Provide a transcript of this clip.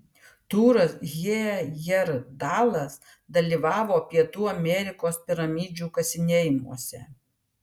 tūras hejerdalas dalyvavo pietų amerikos piramidžių kasinėjimuose